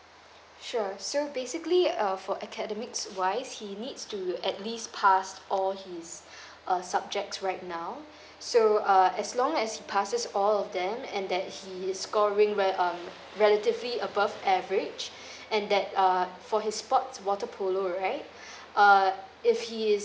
sure so basically uh for academics wise he needs to at least pass all his uh subject right now so uh as long as he passes all of them and that he is scoring re~ um relatively above average and that uh for his sports water polo right uh if he is